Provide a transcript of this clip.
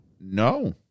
No